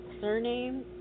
Surname